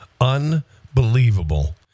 Unbelievable